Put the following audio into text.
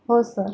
हो सर